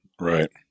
right